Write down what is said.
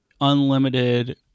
unlimited